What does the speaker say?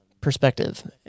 Perspective